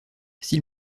s’il